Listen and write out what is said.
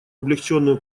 облегченную